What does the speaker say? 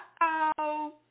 Uh-oh